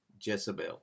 Jezebel